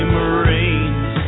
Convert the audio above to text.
Marines